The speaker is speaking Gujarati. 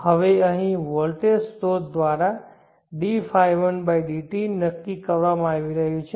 હવે અહીં વોલ્ટેજ સ્રોત દ્વારા dϕ1 dt નક્કી કરવામાં આવી રહ્યું છે